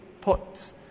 put